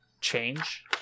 change